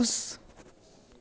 खुश